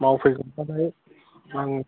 मावफैगोनबाथाय आं